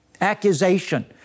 accusation